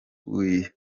wisasiye